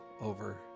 over